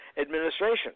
administration